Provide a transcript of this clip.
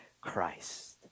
Christ